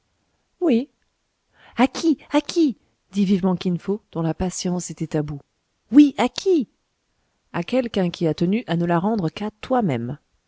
oui a qui à qui dit vivement kin fo dont la patience était à bout oui a qui a quelqu'un qui a tenu à ne la rendre qu'à toi-même